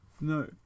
No